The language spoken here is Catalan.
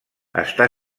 està